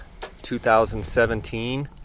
2017